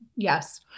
Yes